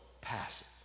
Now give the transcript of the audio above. passive